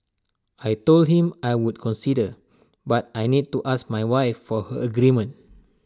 I Told him I would consider but I need to ask my wife for her agreement